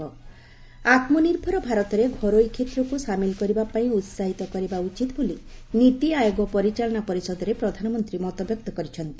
ଆତ୍ମନିର୍ଭର ଭାରତରେ ଘରୋଇ କ୍ଷେତ୍ରକୁ ସାମିଲ କରିବା ପାଇଁ ଉସାହିତ କରିବା ଉଚିତ ବୋଲି ନିତି ଆୟୋଗ ପରିଚାଳନା ପରିଷଦରେ ପ୍ରଧାନମନ୍ତ୍ରୀ ମତବ୍ୟକ୍ତ କରିଛନ୍ତି